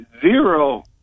zero